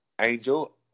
Angel